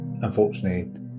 unfortunately